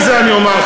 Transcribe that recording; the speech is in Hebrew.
יותר מזה אני אומר,